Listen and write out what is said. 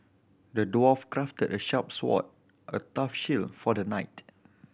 the dwarf crafted a sharp sword a tough shield for the knight